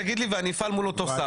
תגיד לי ואני אפעל מול אותו שר.